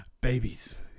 babies